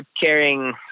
carrying